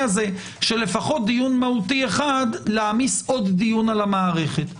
הזה שלפחות דיון מהותי אחד להעמיס עוד דיון על המערכת.